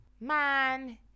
man